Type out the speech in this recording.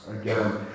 again